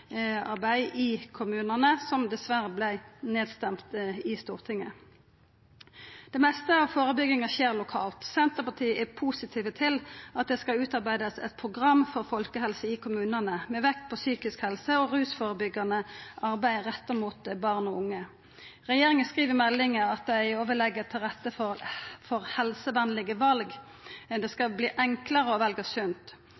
arbeid. Difor har Senterpartiet fremja eit forslag om ein femårig opptrappingsplan for psykisk helsearbeid i kommunane, som dessverre vart nedstemt i Stortinget. Det meste av førebygginga skjer lokalt. Senterpartiet er positive til at det skal utarbeidast eit program for folkehelse i kommunane, med vekt på psykisk helse og rusførebyggjande arbeid retta mot barn og unge. Regjeringa skriv i meldinga at dei òg vil leggja til rette for helsevenlege val. Det